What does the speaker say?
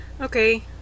Okay